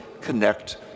connect